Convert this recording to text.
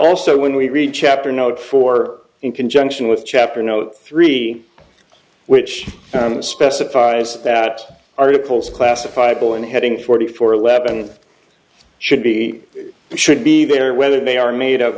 also when we read chapter notes for in conjunction with chapter no three which specifies that articles classifiable and heading forty four eleven should be should be there whether they are made